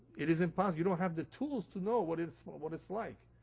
it is impossible. you don't have the tools to know what it's what it's like.